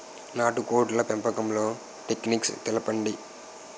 నాటుకోడ్ల పెంపకంలో టెక్నిక్స్ తెలుపండి?